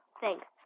Thanks